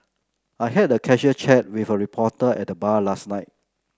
I had a casual chat with a reporter at the bar last night